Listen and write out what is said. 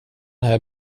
här